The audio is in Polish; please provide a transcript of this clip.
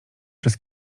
przez